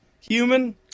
human